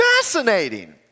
fascinating